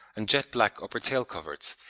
and jet-black upper tail-coverts,